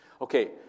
Okay